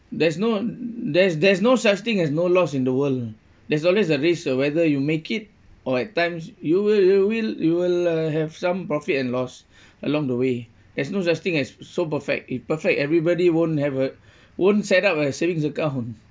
there's no there's there's no such thing as no loss in the world there's always a risk of whether you make it or at times you will you will you will uh have some profit and loss along the way there's no such thing as so perfect if perfect everybody won't have a won't set up a savings account